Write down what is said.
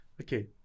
Okay